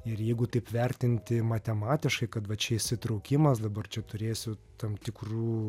ir jeigu taip vertinti matematiškai kad va čia įsitraukimas dabar čia turėsiu tam tikrų